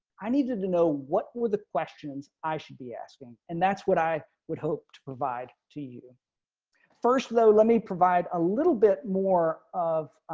i needed to know what were the questions i should be asking. and that's what i would hope to provide to you first, though. let me provide a little bit more of